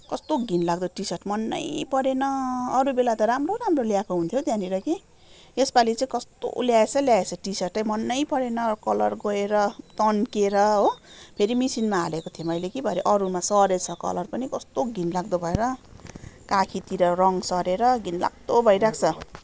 कस्तो घिनलाग्दो T shirt मन नै परेन अरू बेला त राम्रो राम्रो ल्याएको हुन्थ्यो हौ त्यहाँनिर कि यसपालि चाहिँ कस्तो ल्याएछ ल्याएछ टी सर्टै मनै परेन कलर गएर तन्किएर हो फेरि मिसनमा हालेको थिएँ मैले कि भरे अरूमा सरेछ कलर पनि कस्तो घिनलाग्दो भएर काखीतिर रङ सरेर घिनलाग्दो भइरहेको छ